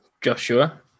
Joshua